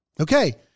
Okay